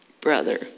Brother